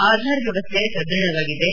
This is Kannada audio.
ಆಧಾರ್ ವ್ಯವಸ್ಥೆ ಸದೃಢವಾಗಿದೆ